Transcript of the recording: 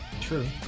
True